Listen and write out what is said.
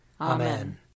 Amen